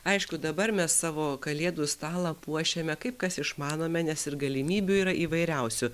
aišku dabar mes savo kalėdų stalą puošiame kaip kas išmanome nes ir galimybių yra įvairiausių